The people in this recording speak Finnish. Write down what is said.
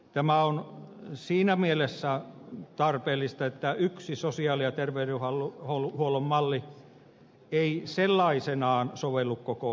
tämä on siinä mielessä tarpeellista että yksi sosiaali ja terveydenhuollon malli ei sellaisenaan sovellu koko maahan